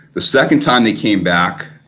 the second time they came back,